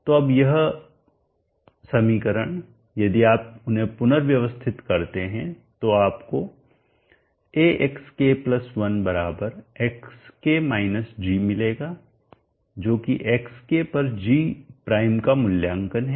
तो अब यह समीकरण यदि आप उन्हें पुनर्व्यवस्थित करते हैं तो आपको a xk1 xk g मिलेगा जो कि xk पर g प्राइम का मूल्यांकन है